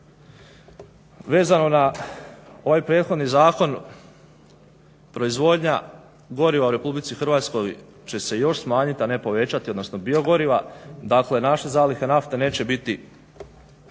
Vezano na ovaj prethodni zakon proizvodnja goriva u RH će se još smanjit a ne povećat, odnosno biogoriva. Dakle naša zaliha nafte neće biti